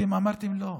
אתם אמרתם: לא.